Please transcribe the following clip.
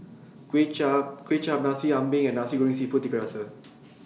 Kway Chap Nasi Ambeng and Nasi Goreng Seafood Tiga Rasa